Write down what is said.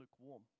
lukewarm